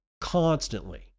constantly